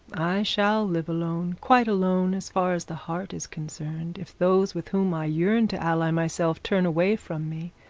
shall live alone, quite alone as far as the heart is concerned, if those with whom i yearn to ally myself turn away from me.